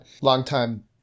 Longtime